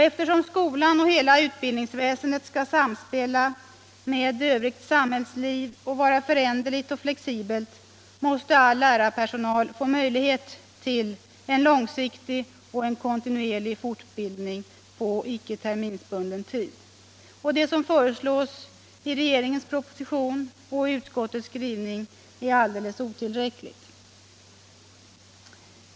Eftersom skolan och hela utbildningsväsendet skall samspela med övrigt samhällsliv och vara föränderligt och flexibelt måste all lärarpersonal få möjlighet till en långsiktig och kontinuerlig fortbildning på icke terminsbunden tid. Det som föreslås i regeringens proposition och i utskottets skrivning är alldeles otillräckligt.